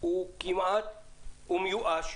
הוא מיואש,